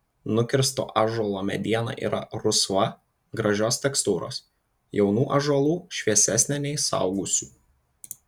nukirsto ąžuolo mediena yra rusva gražios tekstūros jaunų ąžuolų šviesesnė nei suaugusių